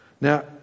Now